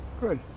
Good